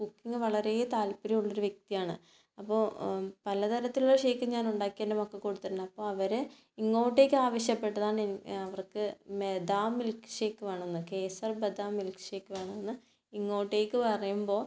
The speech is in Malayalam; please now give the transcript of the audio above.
കുക്കിംഗ് വളരെ താത്പര്യമുള്ള ഒരു വ്യക്തിയാണ് അപ്പോൾ പലതരത്തിലുള്ള ഷേക്ക് ഞാൻ ഉണ്ടാക്കി എൻ്റെ മക്കൾക്ക് കൊടുത്തിട്ടുണ്ട് അപ്പോൾ അവർ ഇങ്ങോട്ടേക്ക് ആവശ്യപ്പെട്ടതാണ് എനി അവർക്ക് ബദാം മിൽക്ക് ഷേക്ക് വേണമെന്ന് കേസർ ബദാം മിൽക്ക് ഷേക്ക് വേണം എന്ന് ഇങ്ങോട്ടേക്ക് പറയുമ്പോൾ